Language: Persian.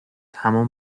همان